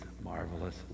marvelous